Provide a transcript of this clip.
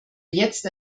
jetzt